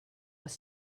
was